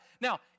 Now